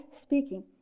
speaking